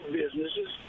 businesses